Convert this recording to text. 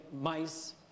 mice